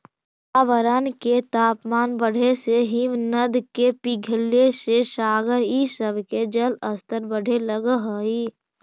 वातावरण के तापमान बढ़े से हिमनद के पिघले से सागर इ सब के जलस्तर बढ़े लगऽ हई